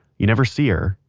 you never see her,